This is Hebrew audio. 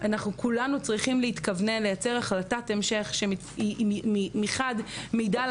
כולנו צריכים להתכונן לייצר החלטת המשך שמעידה על